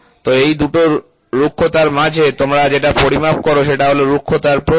তো এই দুটোর রুক্ষতার মাঝে তোমরা যেটা পরিমাপ করো সেটা হল রুক্ষতার প্রস্থ